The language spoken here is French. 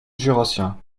jurassien